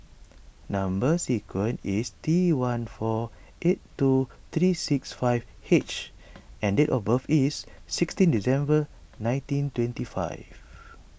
Number Sequence is T one four eight two three six five H and date of birth is sixteen December nineteen twenty five